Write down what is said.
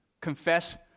confess